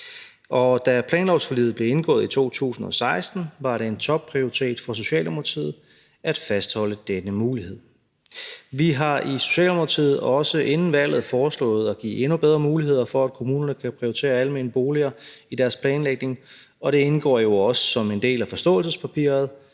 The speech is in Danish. da planlovsforliget blev indgået i 2016, var det en topprioritet for Socialdemokratiet at fastholde denne mulighed. Vi har i Socialdemokratiet også inden valget foreslået at give endnu bedre muligheder for, at kommunerne kan prioritere almene boliger i deres planlægning, og det indgår jo også som en del af forståelsespapiret